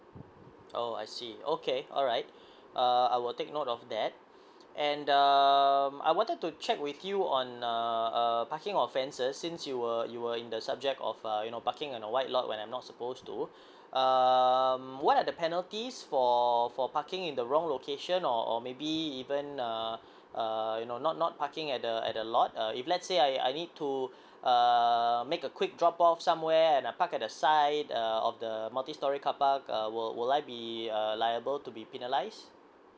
oh I see okay alright uh I will take note of that and um I wanted to check with you on a uh parking offenses since you were you were in the subject of uh you know parking in a white lot when I'm not suppose to um what are the penalties for for parking in the wrong location or or maybe even uh err you know not not parking at the at the lot uh if let's say I I need to err make a quick drop off somewhere and I park at the side err of the multi storey carpark err will will I be uh liable to be penalized